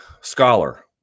scholar